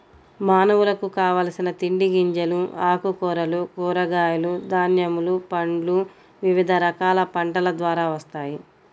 మానవులకు కావలసిన తిండి గింజలు, ఆకుకూరలు, కూరగాయలు, ధాన్యములు, పండ్లు వివిధ రకాల పంటల ద్వారా వస్తాయి